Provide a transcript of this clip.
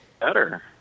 better